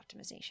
optimization